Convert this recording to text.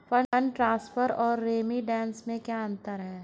Fund transfer और remittance में क्या अंतर है?